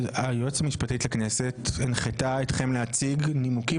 היועצת המשפטית לכנסת הנחתה אתכם להציג נימוקים